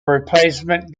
replacement